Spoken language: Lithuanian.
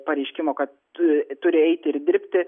pareiškimo kad tu turi eiti ir dirbti